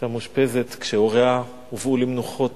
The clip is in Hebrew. היתה מאושפזת כשהוריה הובאו למנוחות,